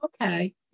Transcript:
Okay